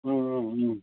अँ अँ अँ